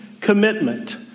commitment